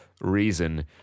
reason